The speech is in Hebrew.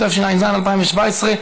התשע"ז 2017,